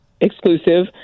exclusive